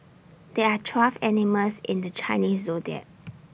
there are twelve animals in the Chinese Zodiac